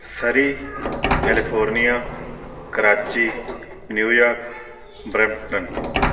Surrey California Karachi New York Brampton